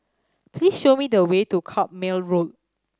please show me the way to Carpmael Road